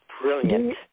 brilliant